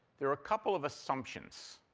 there are a couple of assumptions.